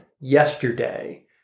yesterday